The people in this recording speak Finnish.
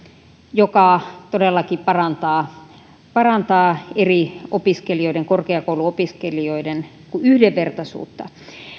joka todellakin parantaa parantaa eri opiskelijoiden korkeakouluopiskelijoiden yhdenvertaisuutta